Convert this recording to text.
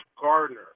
Gardner